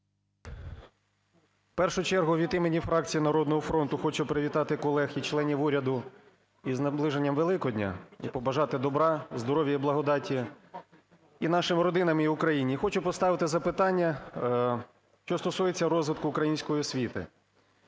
В першу чергу, від імені фракції "Народного фронту" хочу привітати колег і членів уряду із наближенням Великодня, і побажати добра, здоров'я і благодаті і нашим родинам, і Україні. І хочу поставити запитання, що стосується розвитку української освіти.